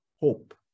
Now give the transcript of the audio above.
hope